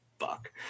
fuck